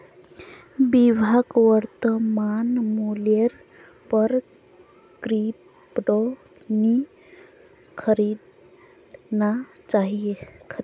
विभाक वर्तमान मूल्येर पर क्रिप्टो नी खरीदना चाहिए